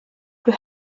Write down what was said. für